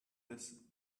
this